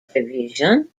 provision